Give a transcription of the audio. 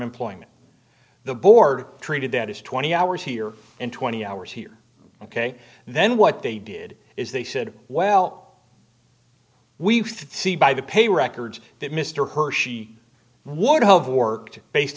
employment the board treated that is twenty hours here and twenty hours here ok and then what they did is they said well we could see by the pay records that mr hershey would have worked based